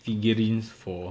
figurines for